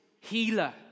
Healer